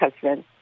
husband